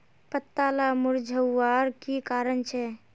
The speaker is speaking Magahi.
पत्ताला मुरझ्वार की कारण छे?